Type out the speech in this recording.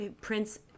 prince